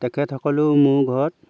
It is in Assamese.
তেখেতসকলেও মোৰ ঘৰত